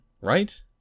right